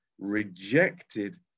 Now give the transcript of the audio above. rejected